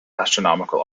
astronomical